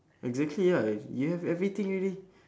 exactly ya you have everything already